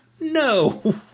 No